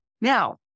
Now